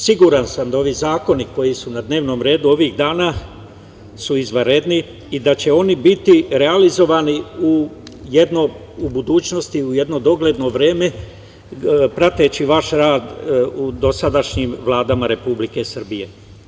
Siguran sam da ovi zakoni koji su na dnevnom redu ovih dana su izvanredni i da će oni biti realizovani u budućnosti, u jedno dogledno vreme, prateći vaš rad u dosadašnjim vladama Republike Srbije.